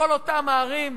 בכל אותן הערים,